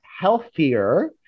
healthier